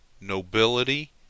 nobility